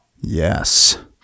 Yes